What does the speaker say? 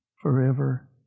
forever